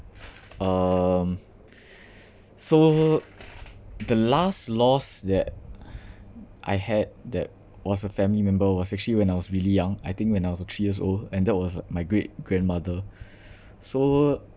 um so the last loss that I had that was a family member was actually when I was really young I think when I was a three years old and that was my great grandmother so